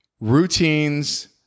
routines